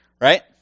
Right